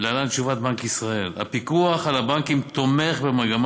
להלן תשובת בנק ישראל: הפיקוח על הבנקים תומך במגמה